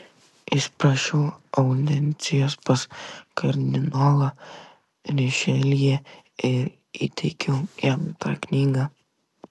įsiprašiau audiencijos pas kardinolą rišeljė ir įteikiau jam tą knygą